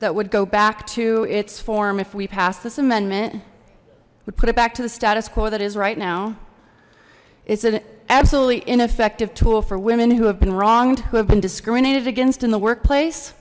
that would go back to its form if we pass this amendment would put it back to the status quo that is right now it's an absolutely ineffective tool for women who have been wronged who have been discriminated against in the workplace